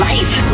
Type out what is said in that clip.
Life